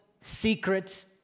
secrets